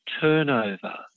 turnover